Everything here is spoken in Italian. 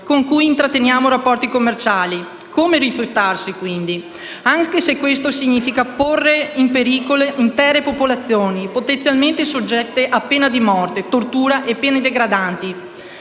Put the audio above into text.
con cui intratteniamo rapporti commerciali. Come rifiutarsi quindi? Anche se questo significa porre in pericolo intere popolazioni potenzialmente soggette a pena di morte, tortura e pene degradanti,